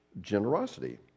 generosity